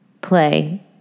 play